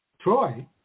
Troy